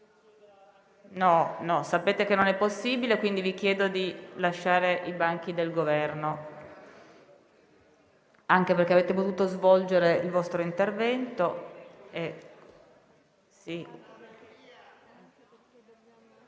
Sapete che non è possibile, quindi vi chiedo di lasciare i banchi del Governo, anche perché avete potuto svolgere il vostro intervento.